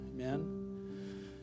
Amen